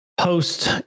Post